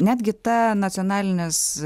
netgi ta nacionalinės